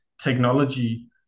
technology